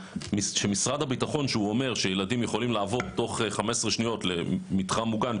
שמשרד הביטחון שהוא אומר שילדים יכולים לעבור תוך 15 שניות למתחם מוגן,